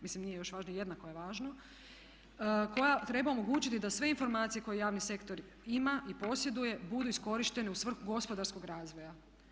Mislim nije još važnije, jednako je važno koja treba omogućiti da sve informacije koje javni sektor ima i posjeduje budu iskorištene u svrhu gospodarskog razvoja.